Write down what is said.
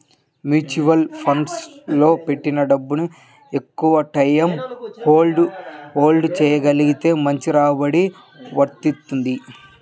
mutual ఫండ్లలో పెట్టిన డబ్బుని ఎక్కువటైయ్యం హోల్డ్ చెయ్యగలిగితే మంచి రాబడి వత్తది